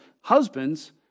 husbands